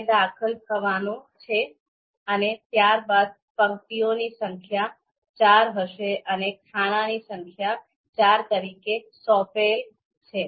તે દાખલ થવાનું છે અને ત્યારબાદ પંક્તિઓની સંખ્યા 'nrow' ચાર હશે અને ખાનાની સંખ્યા 'ncol' ચાર તરીકે સોંપેલ છે